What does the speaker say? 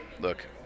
look